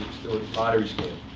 lottery scam.